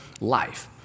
life